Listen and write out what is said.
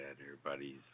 Everybody's